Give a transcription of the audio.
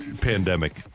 pandemic